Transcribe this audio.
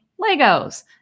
Legos